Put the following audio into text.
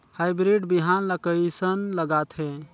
Hybrid बिहान ला कइसन लगाथे?